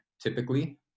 typically